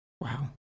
Wow